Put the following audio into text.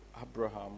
Abraham